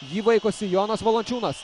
jį vaikosi jonas valančiūnas